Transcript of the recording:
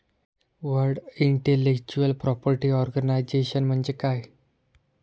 World intellectual property organization म्हणजे काय?